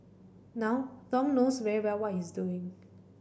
now Thong knows very well what he's doing